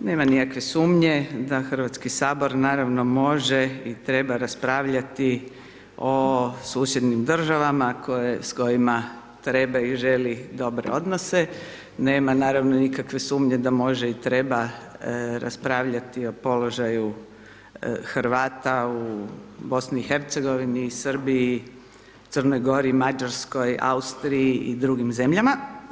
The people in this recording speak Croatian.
nema nikakve sumnje da Hrvatski sabor naravno može i treba raspravljati o susjednim državama s kojima treba i želi dobre odnose, nema naravno nikakve sumnje da može i treba raspravljati o položaju Hrvata u BiH i Srbiji, Crnog Gori, Mađarskoj, Austriji i drugim zemljama.